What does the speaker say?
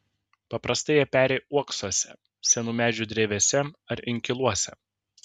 paprastai jie peri uoksuose senų medžių drevėse ar inkiluose